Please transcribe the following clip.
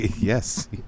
Yes